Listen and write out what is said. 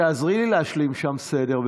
תעזרי להשליט שם סדר,